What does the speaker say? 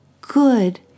good